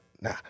nah